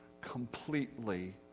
completely